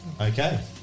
Okay